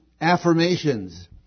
affirmations